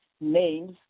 names